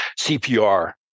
CPR